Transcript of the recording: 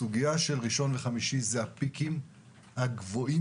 ימי ראשון וחמישי הם הפיקים הגבוהים